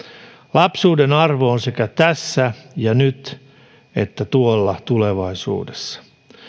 lapsuuden arvo on sekä tässä ja nyt että tuolla tulevaisuudessa